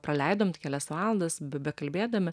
praleidom kelias valandas be bekalbėdami